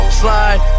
slide